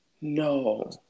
No